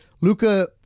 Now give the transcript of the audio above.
Luca